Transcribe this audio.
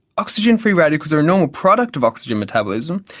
oxygen free radicals are a normal product of oxygen metabolism,